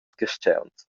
carstgauns